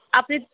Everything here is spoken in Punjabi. ਆਪਣੀ